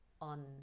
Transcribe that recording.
on